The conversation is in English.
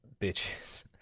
bitches